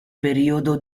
periodo